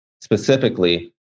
specifically